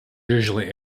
usually